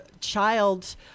child